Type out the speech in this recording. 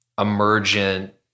emergent